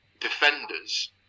defenders